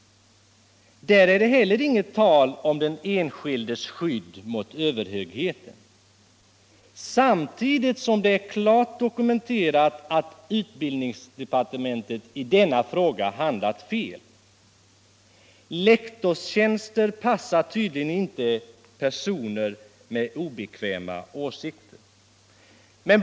Där är det heller inget tal om den enskildes skydd mot överheten, samtidigt som det är klart dokumenterat att utbildningsdepartementet i denna fråga handlat fel. Lektorstjänster passar tydligen inte personer med obekväma åsikter.